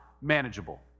manageable